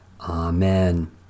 Amen